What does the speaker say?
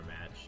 Match